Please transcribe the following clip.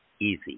easy